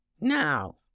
Now